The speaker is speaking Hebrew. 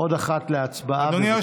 עוד אחת להצבעה, בבקשה.